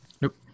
Nope